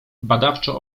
badawczo